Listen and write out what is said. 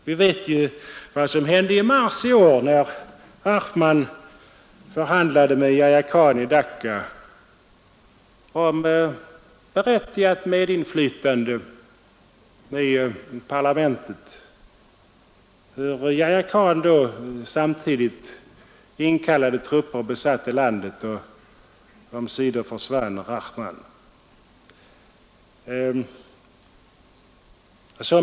Vi vet ju vad som hände i mars i år när Rahman förhandlade med Yahya Khan i Dacca om berättigat medinflytande i parlamentet, hur Yahya Khan då samtidigt inkallade trupper och besatte landet varpå Rahman omsider försvann.